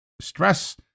stress